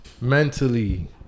mentally